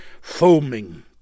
foaming